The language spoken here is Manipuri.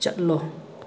ꯆꯠꯂꯣ